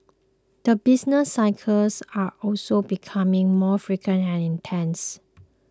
the business cycles are also becoming more frequent and intense